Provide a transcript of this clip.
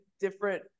different